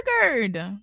triggered